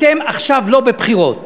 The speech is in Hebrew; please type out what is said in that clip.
אתם עכשיו לא בבחירות,